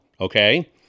okay